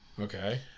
Okay